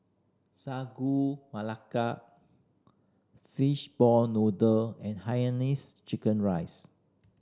Sagu Melaka fish ball noodle and chicken rice